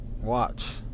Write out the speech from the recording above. Watch